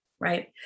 Right